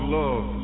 love